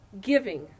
giving